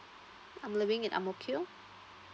I'm living in ang mo kio